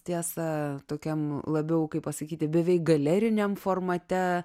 tiesa tokiam labiau kaip pasakyti beveik galeriniam formate